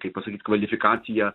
kaip pasakyt kvalifikaciją